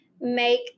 make